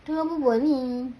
tengah berbual ni